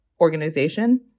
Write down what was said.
organization